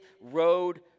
road